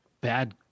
Bad